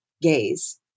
gaze